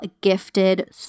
gifted